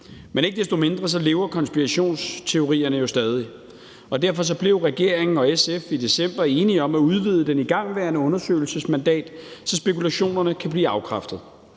Men ikke desto mindre lever konspirationsteorierne jo stadig. Derfor blev regeringen og SF i december enige om at udvide den igangværende undersøgelses mandat, så spekulationerne kan blive afkræftet.